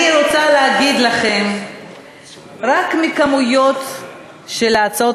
אני רוצה להגיד לכם שרק מהכמויות של הצעות